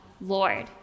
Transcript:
Lord